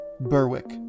Berwick